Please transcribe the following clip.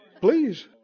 Please